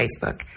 facebook